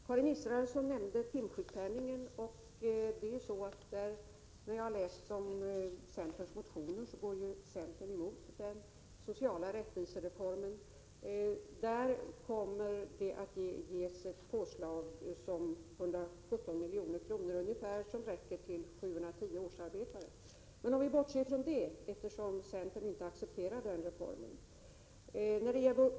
Karin Israelsson nämnde timsjukpenningen. Som framgår av centerns motioner går centern emot den sociala rättvisereformen. Här kommer det att ges ett påslag på ungefär 117 milj.kr., som räcker till 710 årsarbetare. Men om jag bortser från det — eftersom centern inte accepterar den reformen — kan jag säga följande.